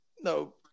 No